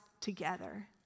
together